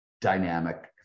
dynamic